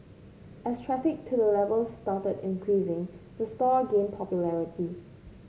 as traffic to the level started increasing the store gained popularity